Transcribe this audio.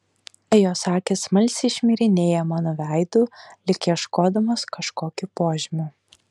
jos akys smalsiai šmirinėja mano veidu lyg ieškodamos kažkokių požymių